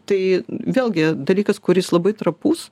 tai vėlgi dalykas kuris labai trapus